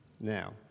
Now